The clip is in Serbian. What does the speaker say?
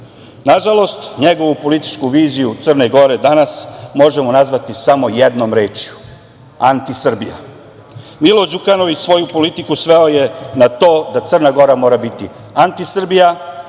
Nažalost, njegovu političku viziju Crne Gore danas možemo nazvati samo jednom rečju - antisrbija. Milo Đukanović svoju politiku sveo je na to da Crna Gora mora biti antisrbija,